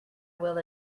will